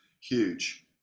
huge